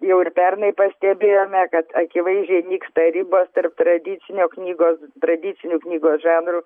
jau ir pernai pastebėjome kad akivaizdžiai nyksta ribos tarp tradicinio knygos tradicinių knygos žanrų